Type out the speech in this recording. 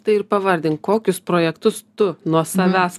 tai ir pavardink kokius projektus tu nuo savęs